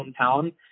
hometown